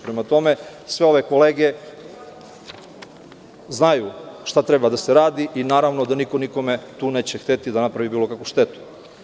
Prema tome, sve ove kolege znaju šta treba da se radi i naravno da niko nikome tu neće hteti da napravi bilo kakvu štetu.